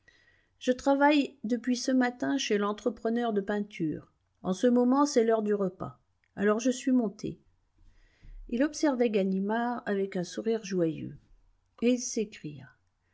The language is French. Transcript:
je travaille depuis ce matin chez l'entrepreneur de peinture en ce moment c'est l'heure du repas alors je suis monté il observait ganimard avec un sourire joyeux et